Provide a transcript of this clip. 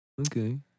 Okay